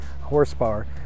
horsepower